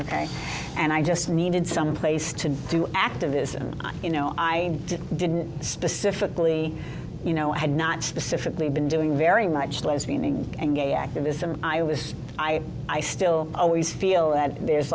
ok and i just needed some place to do activism you know i didn't specifically you know i had not specifically been doing very much less meaning and gay activism i was i i still always feel that there's